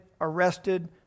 arrested